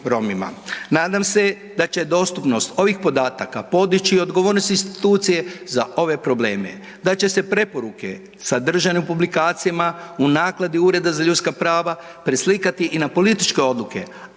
Nadam se da će dostupnost ovih podataka podići i odgovornost institucije za ove probleme, da će se preporuke sadržane u publikacijama u nakladi Ureda za ljudska prava preslikati i na političke odluke,